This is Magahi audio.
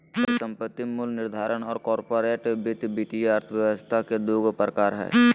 परिसंपत्ति मूल्य निर्धारण और कॉर्पोरेट वित्त वित्तीय अर्थशास्त्र के दू गो प्रकार हइ